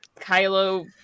Kylo